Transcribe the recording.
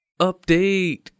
Update